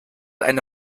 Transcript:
eine